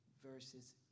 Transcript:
versus